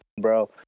bro